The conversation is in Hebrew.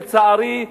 לצערי,